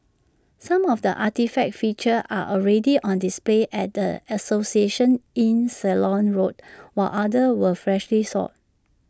some of the artefacts featured are already on display at the association in Ceylon road while others were freshly sought